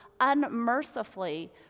unmercifully